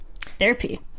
Therapy